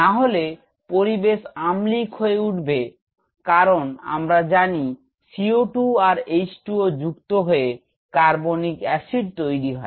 নাহলে পরিবেশ্ আম্লিক হয়ে উঠবে কারন আমরা জানি CO2 আর H2O যুক্ত হয়ে কার্বনিক অ্যাসিড তৈরি হয়